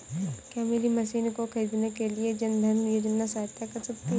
क्या मेरी मशीन को ख़रीदने के लिए जन धन योजना सहायता कर सकती है?